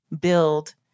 build